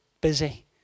busy